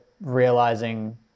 realizing